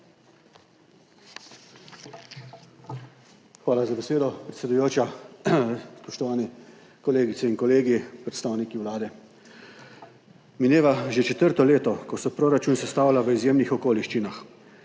Hvala za besedo, predsedujoča. Spoštovane kolegice in kolegi, predstavniki Vlade! Mineva že četrto leto, ko se proračun sestavlja v izjemnih okoliščinah.